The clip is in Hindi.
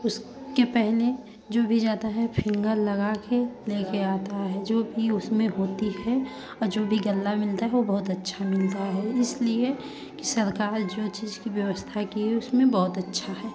उसके पहले जो भी जाता है फिंगर लगा कर ले कर आता आता है जो भी उसमें होती है जो भी गल्ला मिलता है वो बहुत अच्छा मिलता है इसलिए की सरकार जो चीज़ की व्यवस्था की है उसमें बहुत अच्छा है